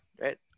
right